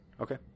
Okay